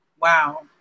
Wow